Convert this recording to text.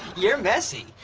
you're messy.